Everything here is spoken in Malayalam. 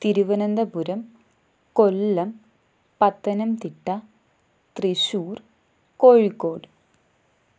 തിരുവനന്തപുരം കൊല്ലം പത്തനംതിട്ട തൃശ്ശൂർ കോഴിക്കോട്